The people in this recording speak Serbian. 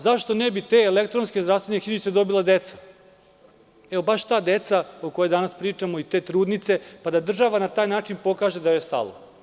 Zašto ne bi te elektronske zdravstvene knjižice dobila deca, baš ta deca o kojoj danas pričamo i te trudnice, pa da država na taj način pokaže da joj je stalo.